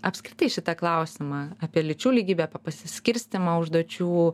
apskritai šitą klausimą apie lyčių lygybę apie pasiskirstymą užduočių